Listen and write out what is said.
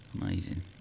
Amazing